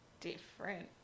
different